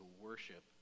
worship